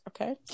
Okay